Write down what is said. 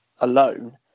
alone